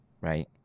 Right